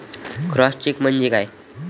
Cross cheque म्हणजे काय?